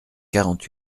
quarante